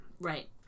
Right